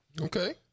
Okay